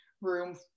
room